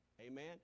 amen